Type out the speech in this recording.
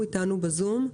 שאתנו בזום.